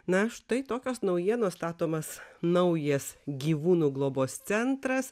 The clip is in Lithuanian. na štai tokios naujienos statomas naujas gyvūnų globos centras